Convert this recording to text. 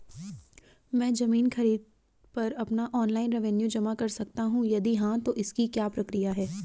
मैं ज़मीन खरीद पर अपना ऑनलाइन रेवन्यू जमा कर सकता हूँ यदि हाँ तो इसकी प्रक्रिया क्या है?